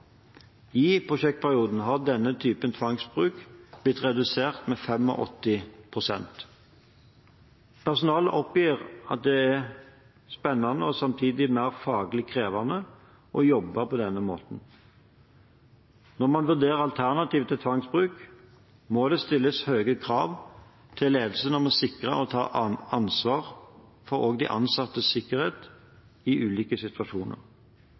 I prosjektperioden er denne typen tvangsbruk redusert med 85 pst. Personalet oppgir at det er spennende og samtidig mer faglig krevende å jobbe på denne måten. Når man vurderer alternativer til tvangsbruk, må det stilles høye krav til ledelsen om å sikre og ta ansvar for de ansattes sikkerhet i ulike situasjoner.